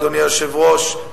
אדוני היושב-ראש,